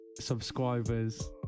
Subscribers